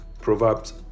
Proverbs